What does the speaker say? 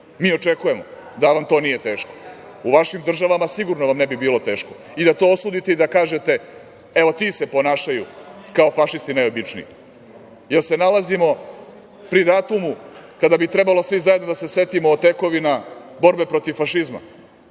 Mi očekujemo da vam to nije teško. U vašim državama sigurno vam ne bi bilo teško i da to osudite i da kažete – evo, ti se ponašaju kao fašisti najobičniji. Nalazimo se pri datumu kada bi trebalo svi zajedno da se setimo tekovina borbe protiv fašizma.